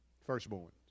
Firstborn